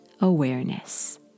awareness